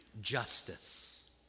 justice